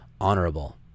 honorable